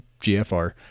GFR